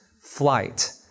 flight